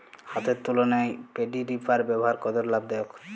হাতের তুলনায় paddy reaper ব্যবহার কতটা লাভদায়ক?